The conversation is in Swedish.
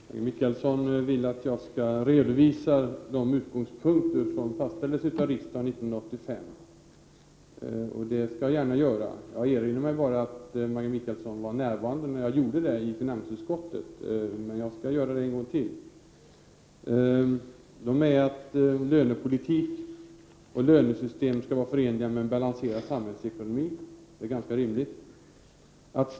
Herr talman! Maggi Mikaelsson vill att jag skall redovisa de utgångspunkter som fastställdes av riksdagen 1985. Det skall jag gärna göra. Jag erinrar mig bara att Maggi Mikaelsson var närvarande då jag gjorde samma sak i finansutskottet. Jag skall emellertid göra det en gång till. Lönepolitiken och lönesystemet skall vara förenliga med en balanserad samhällsekonomi, det är ganska rimligt.